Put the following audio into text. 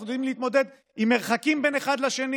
אנחנו יודעים להתמודד עם מרחקים בין אחד לשני.